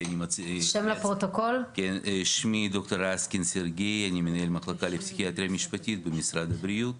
אני מנהל המחלקה לפסיכיאטריה משפטית במשרד הבריאות.